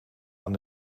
aan